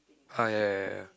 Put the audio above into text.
ah ya ya ya